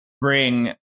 bring